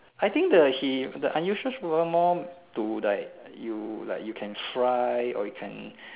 I think the he the unusual super power more to like you like you can fly or you can